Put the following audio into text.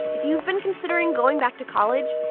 if you've been considering going back to college,